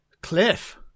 Cliff